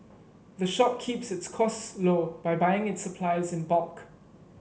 the shop keeps its cost low by buying its supplies in bulk